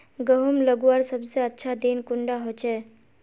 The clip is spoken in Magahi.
गहुम लगवार सबसे अच्छा दिन कुंडा होचे?